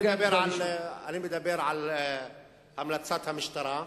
אני מדבר על המלצת המשטרה.